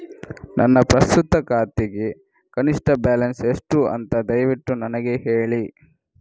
ನನ್ನ ಪ್ರಸ್ತುತ ಖಾತೆಗೆ ಕನಿಷ್ಠ ಬ್ಯಾಲೆನ್ಸ್ ಎಷ್ಟು ಅಂತ ದಯವಿಟ್ಟು ನನಗೆ ಹೇಳಿ